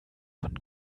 von